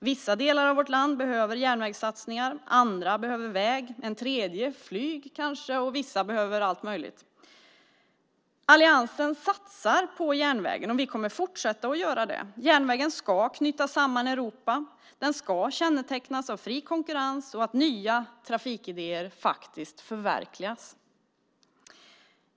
Vissa delar av vårt land behöver järnvägssatsningar, och andra behöver väg, en tredje flyg och vissa allt möjligt. Alliansen satsar på järnvägen, och vi kommer att fortsätta att göra det. Järnvägen ska knyta samman Europa. Den ska kännetecknas av fri konkurrens och att nya trafikidéer förverkligas.